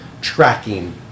tracking